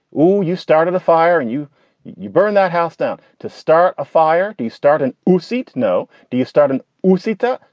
well, you started the fire and you you burn that house down to start a fire. you start and you seat. no. do you start in, lucita?